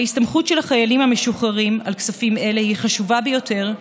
ההסתמכות של החיילים המשוחררים על כספים אלה היא חשובה ביותר,